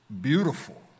beautiful